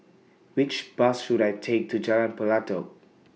Which Bus should I Take to Jalan Pelatok